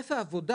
היקף העבודה